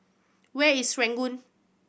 where is Serangoon